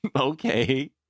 Okay